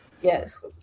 Yes